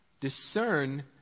Discern